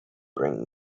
bring